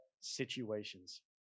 situations